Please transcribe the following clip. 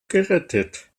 gerettet